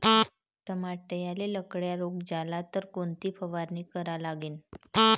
टमाट्याले लखड्या रोग झाला तर कोनची फवारणी करा लागीन?